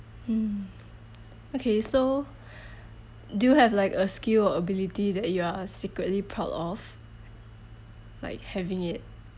mm okay so do you have like a skill or ability that you are secretly proud of like having it